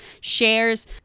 shares